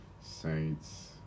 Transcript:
Saints